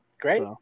Great